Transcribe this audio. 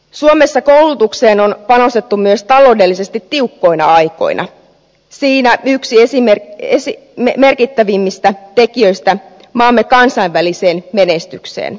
suomessa koulutukseen on panostettu myös taloudellisesti tiukkoina aikoina siinä yksi merkittävimmistä tekijöistä maamme kansainvälisessä menestyksessä